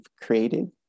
created